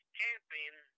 camping